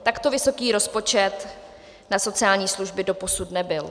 Takto vysoký rozpočet na sociální služby doposud nebyl.